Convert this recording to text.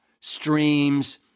streams